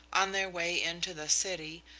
on their way into the city,